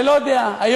ללא הבדל דעה,